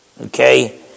Okay